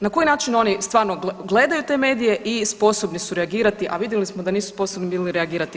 Na koji način oni stvarno gledaju te medije i sposobni su reagirati, a vidjeli smo da nisu sposobni bili reagirati ni prije.